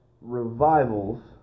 revivals